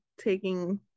taking